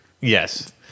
Yes